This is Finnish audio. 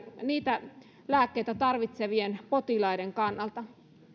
niitä lääkkeitä tarvitsevien potilaiden kannalta